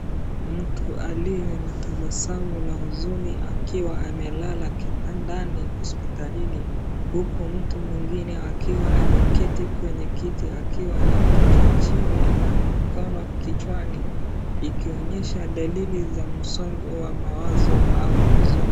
Mtu aliye na tabasamu la huzuni akiwa amelala kitandani hospitalini, huku mtu mwingine akiwa ameketi kwenye kiti akiwa na kichwa chini na mikono kichwani, ikionyesha dalili za msongo wa mawazo au huzuni.